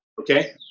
Okay